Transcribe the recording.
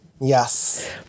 Yes